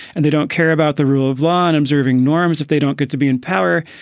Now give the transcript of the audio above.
and they don't care about the rule of law and observing norms if they don't get to be in power.